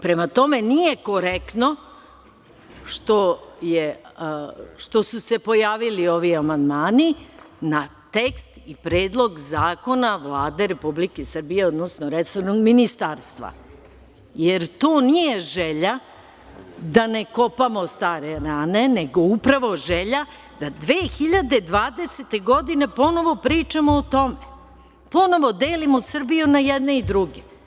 Prema tome, nije korektno što su se pojavili ovi amandmani na tekst i Predlog zakona Vlade Republike Srbije, odnosno resornog ministarstva, jer to nije želja da ne kopamo stare rane, nego upravo želja da 2020. godine ponovo pričamo o tome, ponovo delimo Srbiju na jedne i druge.